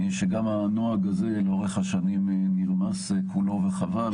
שגם הנוהג הזה לאורך השנים נרמס כולו, וחבל.